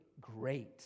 great